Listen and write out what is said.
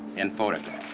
and photographed.